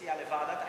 מציע לוועדת חינוך.